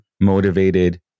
motivated